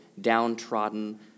downtrodden